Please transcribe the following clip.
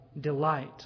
delight